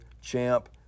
Champ